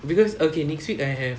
because okay next week I have